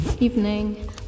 Evening